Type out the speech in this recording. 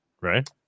right